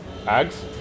Ags